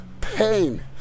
pain